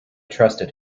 trusted